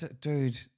Dude